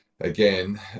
again